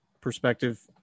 perspective